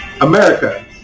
America